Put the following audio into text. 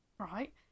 Right